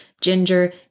ginger